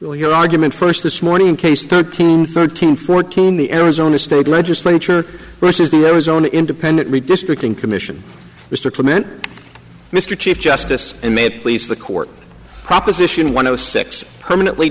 well your argument first this morning in case thirteen thirteen fourteen the arizona state legislature versus the arizona independent redistricting commission mr clement mr chief justice and may please the court proposition one o six permanently